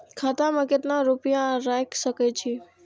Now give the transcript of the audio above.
खाता में केतना रूपया रैख सके छी?